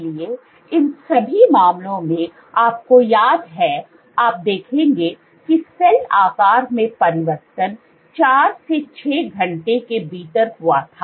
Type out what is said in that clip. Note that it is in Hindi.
इसलिए इन सभी मामलों में आपको याद है आप देखेंगे कि सेल आकार में परिवर्तन 4 से 6 घंटे के भीतर हुआ था